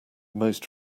most